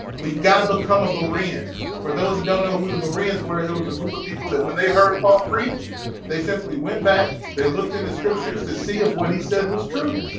we got to become a burr in for those who don't know who the marines were it was a group of people that when they heard paul preached they simply went back they looked in the scriptures to see if what he said was true.